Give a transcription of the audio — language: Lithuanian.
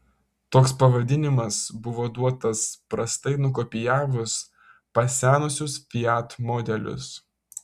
toks pavadinimas buvo duotas prastai nukopijavus pasenusius fiat modelius